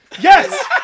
Yes